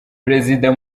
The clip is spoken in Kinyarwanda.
perezida